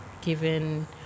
given